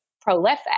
prolific